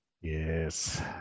yes